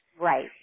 Right